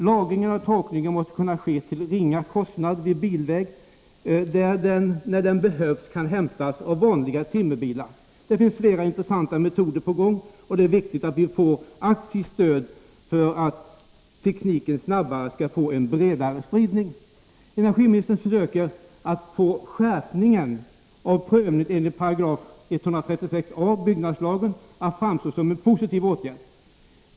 Lagringen och torkningen måste kunna ske till ringa kostnad vid bilväg, där energiveden vid behov kan hämtas med vanliga timmerbilar. Flera intressanta metoder prövas, och det är viktigt att de får ett aktivt stöd så att tekniken snabbare får en bredare spridning. Energiministern försöker att få skärpningen av prövningen enligt 136 a § byggnadslagen att framstå som en positiv åtgärd.